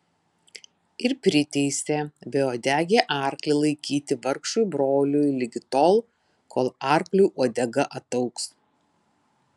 ir priteisė beuodegį arklį laikyti vargšui broliui ligi tol kol arkliui uodega ataugs